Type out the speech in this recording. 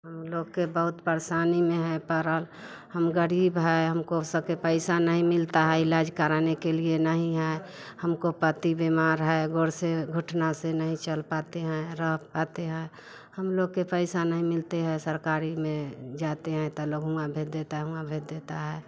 हम बहुत परेशानी में पड़े हैं हम गरीब हैं हमें पैसा नहीं मिल पाता है इलाज कराने के लिए नहीं है मेरा पति बीमार हैं पैर से घुटनों से नहीं चल पाते हैं रख पाते हैं हमें पैसा नहीं मिलता है सरकारी में जाते हैं तो लोग वहाँ भेज देते हैं वहाँ भेज देते हैं